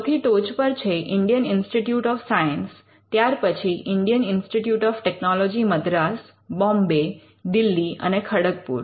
સૌથી ટોચ પર છે ઇન્ડિયન ઇન્સ્ટિટયૂટ ઑફ સાયન્સ ત્યાર પછી Indian Institute of Technology Madras Indian Institute of Technology Madras Bombay Delhi અને ખડગપુર